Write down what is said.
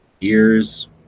Ears